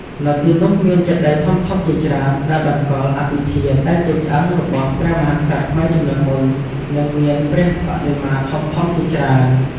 នៅទីនោះមានចេតិយធំៗជាច្រើនដែលតម្កល់អដ្ឋិធាតុ ដែលជាឆ្អឹងរបស់ព្រះមហាក្សត្រខ្មែរជំនាន់មុន និងមានព្រះបដិមាធំៗជាច្រើន។